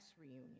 reunion